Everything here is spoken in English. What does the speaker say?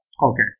Okay